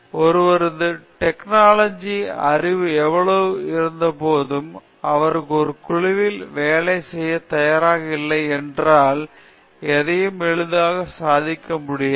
ஒருவருக்கு டெக்னாலஜி அறிவு எவ்வளவு இருந்த போதும் அவருக்கு ஒரு குழுவில் வேலை செய்ய தயாராக இல்லை என்றால் எதையும் எளிதாக சாதிக்க முடியாது